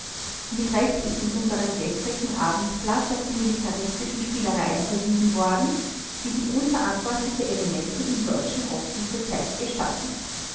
mit recht ist in unserem gestrigen abendblatt auf die militaristischen spielereien verwiesen worden die sich unverantwortliche elemente im deutschen osten zurzeit gestatten